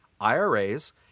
IRAs